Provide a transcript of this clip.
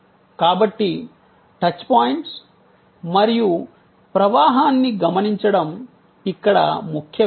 కాబట్టి touch points మరియు ప్రవాహాన్ని గమనించడం ఇక్కడ ముఖ్య విషయం